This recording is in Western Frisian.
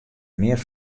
mear